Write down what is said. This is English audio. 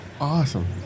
Awesome